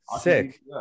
Sick